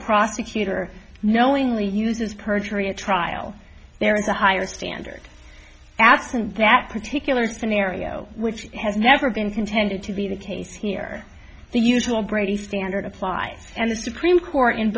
prosecutor knowingly uses perjury a trial there is a higher standard absent that particular scenario which has never been contended to be the case here the usual brady standard applied and the supreme court